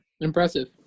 Impressive